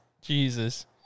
Jesus